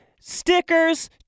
Stickers